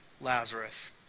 Lazarus